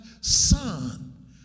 son